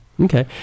Okay